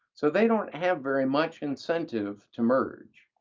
so they don't have very much incentive to merge.